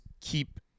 keep